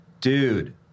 Dude